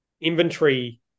inventory